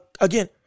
again